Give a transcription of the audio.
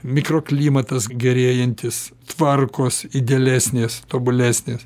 mikroklimatas gerėjantis tvarkos idealesnės tobulesnės